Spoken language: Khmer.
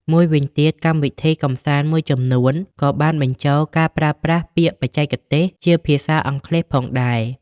មួយវិញទៀត កម្មវិធីកម្សាន្តមួយចំនួនក៏បានបញ្ចូលការប្រើពាក្យបច្ចេកទេសជាភាសាអង់គ្លេសផងដែរ។